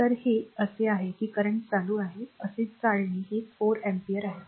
तर हे असे आहे की करंट चालू आहे असे चालणे हे 4 अँपिअर आहे